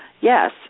yes